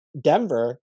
Denver